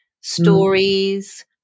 stories